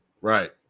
Right